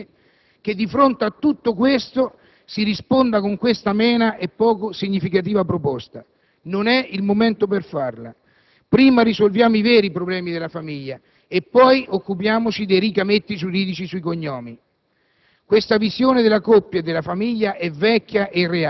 di nuove emergenze sociali che colpiscono i giovani nelle nostre famiglie), si risponda con questa amena e poco significativa proposta; non è il momento per farla, prima risolviamo i veri problemi della famiglia e poi occupiamoci dei ricametti giuridici sui cognomi.